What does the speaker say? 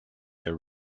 their